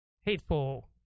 hateful